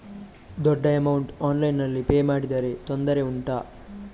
ದೊಡ್ಡ ಅಮೌಂಟ್ ಆನ್ಲೈನ್ನಲ್ಲಿ ಪೇ ಮಾಡಿದ್ರೆ ತೊಂದರೆ ಉಂಟಾ?